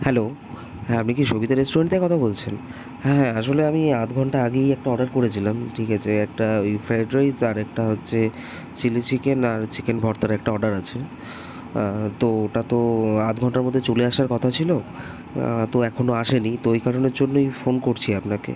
hello হ্যাঁ আমি কি সবিতা রেস্টুরেন্ট থেকে কথা বলছেন হ্যাঁ হ্যাঁ আসলে আমি আধ ঘন্টা আগেই একটা অর্ডার করেছিলাম ঠিক আছে একটা ওই ফ্রায়েড রাইস আর একটা হচ্ছে চিলি চিকেন আর চিকেন ভর্তার একটা অর্ডার আছে তো ওটা তো আধ ঘন্টার মধ্যে চলে আসার কথা ছিলো তো এখনো আসে নি তো ওই কারণের জন্যই ফোন করছি আপনাকে